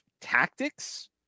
tactics